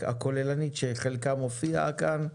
שחלקם מופיע כאן,